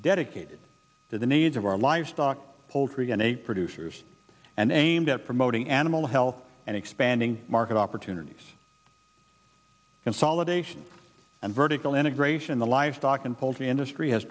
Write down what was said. dedicated to the needs of our livestock poultry and a producers and aimed at promoting animal health and expanding market opportunities consolidation and vertical integration the livestock and poultry industry has